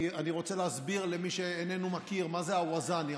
אני רוצה להסביר למי שאיננו מכיר מה זה הווזאני.